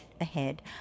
ahead